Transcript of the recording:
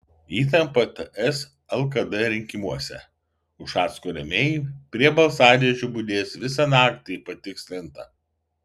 įtampa ts lkd rinkimuose ušacko rėmėjai prie balsadėžių budės visą naktį patikslinta